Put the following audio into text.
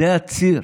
זה הציר,